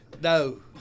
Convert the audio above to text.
No